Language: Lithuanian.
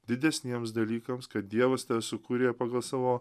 didesniems dalykams kad dievas sukūrė pagal savo